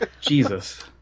jesus